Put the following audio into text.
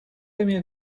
имеет